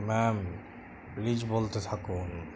ma'am please বলতে থাকুন